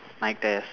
mic test